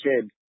kid